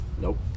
Nope